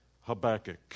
Habakkuk